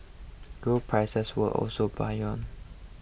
gold prices were also buoyant